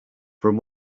from